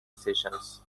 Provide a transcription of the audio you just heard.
sessions